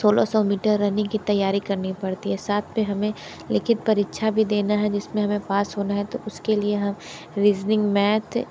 सोलह सौ metre running की तैयारी करनी पड़ती है साथ में हमें लिखित परीक्षा भी देना है जिस में हमें पास होना है तो उसके लिए हम रीजनिंग मैथ